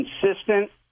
consistent